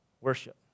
worship